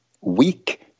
weak